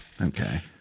Okay